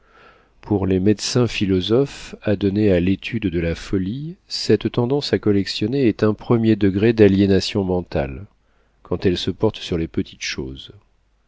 pour les médecins philosophes adonnés à l'étude de la folie cette tendance à collectionner est un premier degré d'aliénation mentale quand elle se porte sur les petites choses